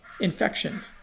infections